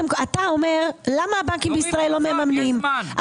למה הבנקים הישראליים לא מממנים,